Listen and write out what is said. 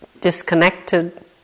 disconnected